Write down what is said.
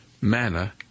manner